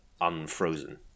unfrozen